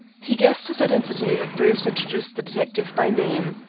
he guessed his identity, but bruce introduced the detective by name.